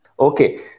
Okay